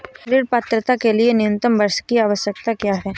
ऋण पात्रता के लिए न्यूनतम वर्ष की आवश्यकता क्या है?